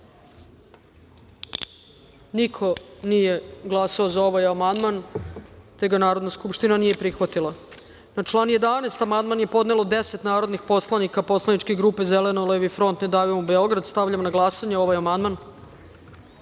niko nije glasao za ovaj amandman, pa ga Narodna skupština ne prihvatila. Na član 8. amandman je podnelo deset narodnih poslanika poslaničke grupe Zeleno-levi front – Ne davimo Beograd. Stavljam na glasanje ovaj